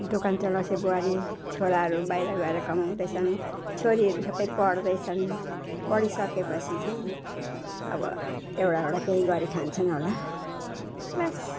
दोकान चलाउँछे बुहारी छोराहरू बाहिर गएर कमाउँदैछन् छोरीहरू सबै पढ्दैछन् पढिसकेपछि चाहिँ अब एउटा एउटा केही गरी खान्छन् होला बस्